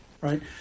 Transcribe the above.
right